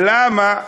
למה?